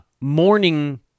morning